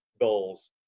goals